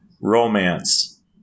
romance